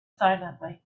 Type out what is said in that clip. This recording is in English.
silently